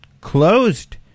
closed